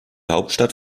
hauptstadt